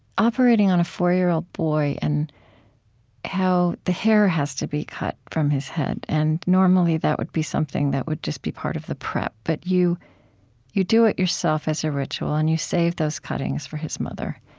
operating on a four-year-old boy and how the hair has to be cut from his head. and normally, that would be something that would just be part of the prep, but you you do it yourself as a ritual, and you saved those cuttings for his mother